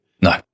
No